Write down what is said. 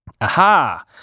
Aha